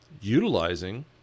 Utilizing